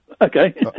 Okay